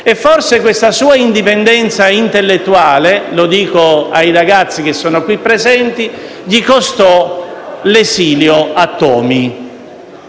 e forse questa sua indipendenza intellettuale - lo dico ai ragazzi che sono presenti in tribuna - gli costò l'esilio a Tomi,